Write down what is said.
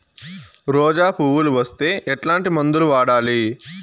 రోజా పువ్వులు వస్తే ఎట్లాంటి మందులు వాడాలి?